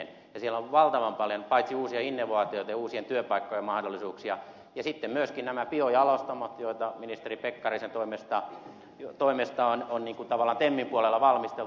siellä on valtavan paljon uusia innovaatioita ja uusien työpaikkojen mahdollisuuksia ja sitten myöskin nämä biojalostamot joita ministeri pekkarisen toimesta on niin kuin tavallaan temmin puolella valmisteltu